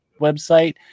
website